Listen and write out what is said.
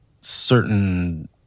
certain